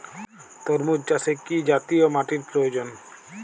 তরমুজ চাষে কি জাতীয় মাটির প্রয়োজন?